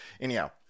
Anyhow